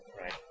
right